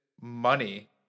money